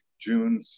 June